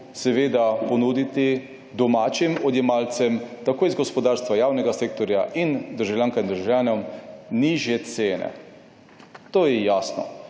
trgu ponuditi domačim odjemalcem tako iz gospodarstva, javnega sektorja ter državljankam in državljanom nižje cene. To je jasno.